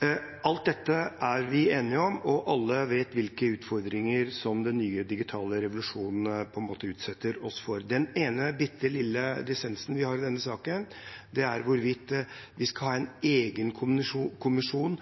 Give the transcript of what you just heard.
Alt dette er vi enige om, og alle vet hvilke utfordringer den nye digitale revolusjonen utsetter oss for. Den ene bitte lille dissensen vi har i denne saken, er hvorvidt vi skal ha en